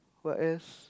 what else